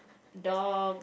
dogs